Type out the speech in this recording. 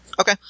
Okay